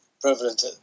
prevalent